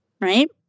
right